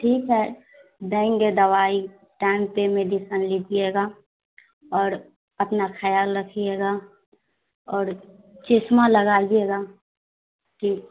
ٹھیک ہے دیں گے دوائی ٹائم پہ میڈیسن لیجیے گا اور اپنا خیال رکھیے گا اور چشمہ لگائیے گا کہ